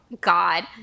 God